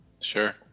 Sure